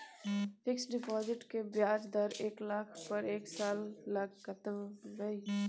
Fixed deposit के ब्याज दर एक लाख पर एक साल ल कतबा इ?